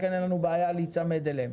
לכן אין לנו בעיה להיצמד אליהן.